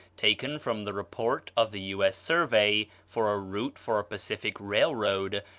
taken from the report of the u. s. survey for a route for a pacific railroad,